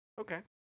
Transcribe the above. okay